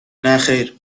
نخیر